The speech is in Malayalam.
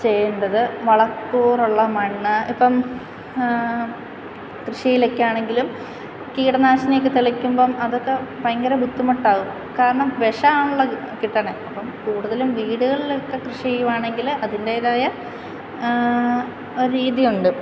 ചെയ്യേണ്ടത് വളക്കൂറുള്ള മണ്ണ് ഇപ്പം കൃഷിയിലൊക്കെയാണെങ്കിലും കീടനാശിനിയൊക്കെ തളിക്കുമ്പോൾ അതൊക്കെ ഭയങ്കര ബുദ്ധിമുട്ടാകും കാരണം വിഷമാണല്ലോ കിട്ടണെ അപ്പം കൂടുതലും വീടുകളിൽ ഒക്കെ കൃഷി ചെയ്യുകയാണെങ്കിൽ അതിൻ്റെതായ ഒരു രീതിയുണ്ട്